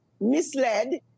misled